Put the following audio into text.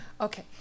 Okay